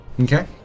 Okay